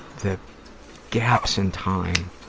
the gaps in time,